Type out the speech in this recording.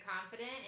confident